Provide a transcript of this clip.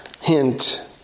hint